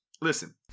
listen